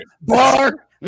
Bar